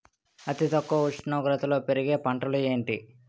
అతి తక్కువ ఉష్ణోగ్రతలో పెరిగే పంటలు ఏంటి?